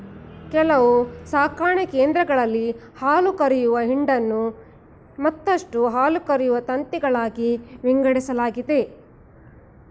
ಕೆಲವು ಸಾಕಣೆ ಕೇಂದ್ರಗಳಲ್ಲಿ ಹಾಲುಕರೆಯುವ ಹಿಂಡನ್ನು ಮತ್ತಷ್ಟು ಹಾಲುಕರೆಯುವ ತಂತಿಗಳಾಗಿ ವಿಂಗಡಿಸಲಾಗಿದೆ